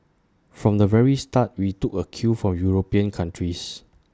from the very start we took A cue from european countries